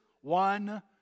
one